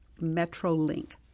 Metrolink